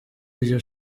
iryo